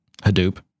Hadoop